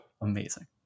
amazing